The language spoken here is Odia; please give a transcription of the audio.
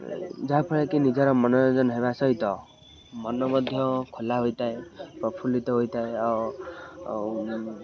ଯାହାଫଳରେ କି ନିଜର ମନୋରଞ୍ଜନ ହେବା ସହିତ ମନ ମଧ୍ୟ ଖୋଲା ହୋଇଥାଏ ପ୍ରଫୁଲ୍ଲିତ ହୋଇଥାଏ ଆଉ